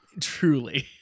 Truly